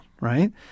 right